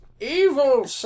Evil